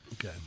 Okay